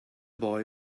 boy